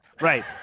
Right